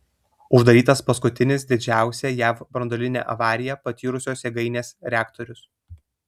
uždarytas paskutinis didžiausią jav branduolinę avariją patyrusios jėgainės reaktorius